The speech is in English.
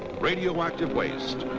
radioactive waste.